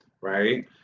right